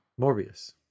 Morbius